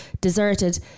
deserted